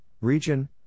region